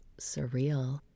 surreal